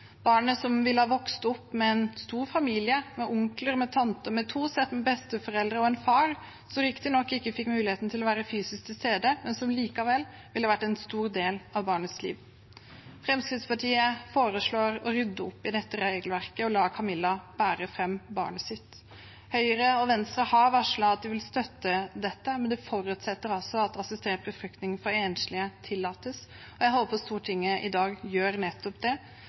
Barnet ville vokst opp med en stor familie med onkler, tanter, to sett med besteforeldre og en far, som riktignok ikke fikk mulighet til å være fysisk til stede, men som likevel ville vært en stor del av barnets liv. Fremskrittspartiet foreslår å rydde opp i dette regelverket og la Camilla bære fram barnet sitt. Høyre og Venstre har varslet at de vil støtte dette, men det forutsetter at assistert befruktning for enslige tillates, og jeg håper at Stortinget i dag gjør nettopp det.